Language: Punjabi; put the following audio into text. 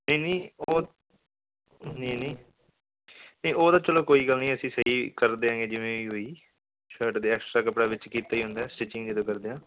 ਨਹੀਂ ਨਹੀਂ ਉਹ ਨਹੀਂ ਨਹੀਂ ਨਹੀਂ ਉਹ ਤਾਂ ਚਲੋ ਕੋਈ ਗੱਲ ਨਹੀਂ ਅਸੀਂ ਸਹੀ ਕਰ ਦਿਆਂਗੇ ਜਿਵੇਂ ਵੀ ਹੋਈ ਸ਼ਰਟ ਦੇ ਐਕਸਟਰਾ ਕੱਪੜਾ ਵਿੱਚ ਕੀਤਾ ਹੀ ਹੁੰਦਾ ਸਟੀਚਿੰਗ ਜਦੋਂ ਕਰਦੇ ਹਾਂ